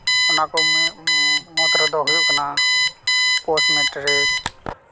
ᱚᱱᱟ ᱠᱚ ᱢᱩᱫᱽ ᱨᱮᱫᱚ ᱦᱩᱭᱩᱜ ᱠᱟᱱᱟ ᱯᱳᱥᱴ ᱢᱮᱴᱨᱤᱠ